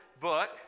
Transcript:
book